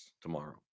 tomorrow